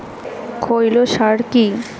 খৈল সার কি?